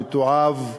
המתועב,